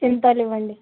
సింథాల్ ఇవ్వండి